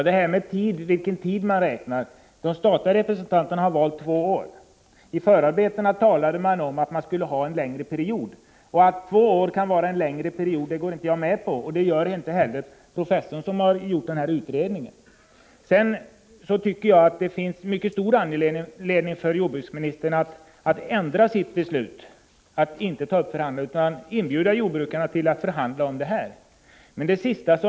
Fru talman! De statliga representanterna har valt att räkna med två år. I förarbetena talas om att man skulle ha en längre period. Att två år kan vara en längre period går inte jag med på. Det gör inte heller professorn som gjort utredningen. Sedan tycker jag att det finns mycket stor anledning för jordbruksministern att ändra sitt beslut att inte ta upp förhandlingar utan inbjuda jordbrukarna till att förhandla.